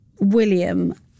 William